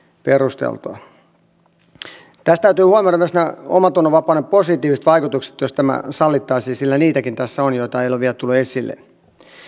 perusteltua tässä täytyy huomioida myös nämä omantunnonvapauden positiiviset vaikutukset jos tämä sallittaisiin sillä niitäkin tässä on ja niitä ei ole vielä tullut esille